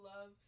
love